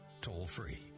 toll-free